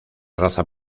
raza